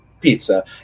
pizza